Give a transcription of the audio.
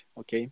ok